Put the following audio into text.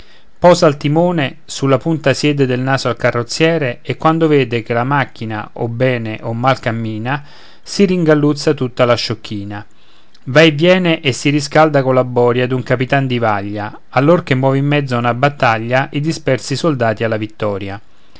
posa al timone sulla punta siede del naso al carrozzier e quando vede che la macchina o bene o mal cammina si ringalluzza tutta la sciocchina va e viene e si riscalda colla boria d'un capitan di vaglia allor che muove in mezzo a una battaglia i dispersi soldati alla vittoria